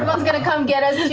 one's going to come get us,